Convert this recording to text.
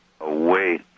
away